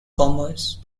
commerce